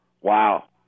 Wow